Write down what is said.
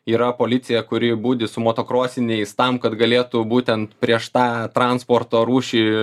yra policija kuri budi su motokrosiniais tam kad galėtų būtent prieš tą transporto rūšį